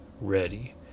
ready